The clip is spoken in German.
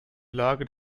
lage